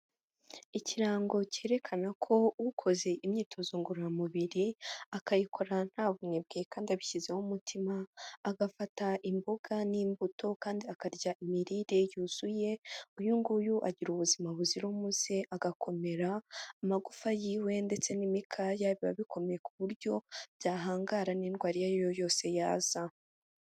Ikirango cyerekana ko ukoze imyitozo ngororamubiri akayikora nta bunebwe kandi abishyizeho umutima agafata imboga n'imbuto kandi akarya imirire yuzuye, uyu nguyu agira ubuzima buzira umuze agakomera amagufa yiwe ndetse n'imikaya biba bikomeye ku buryo byahangara n'indwara iyo ari yo yose yaza.